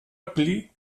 blieb